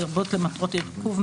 לרבות למטרות ארכוב,